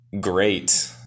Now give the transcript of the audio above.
great